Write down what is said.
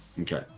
Okay